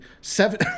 seven